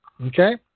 Okay